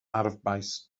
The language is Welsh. arfbais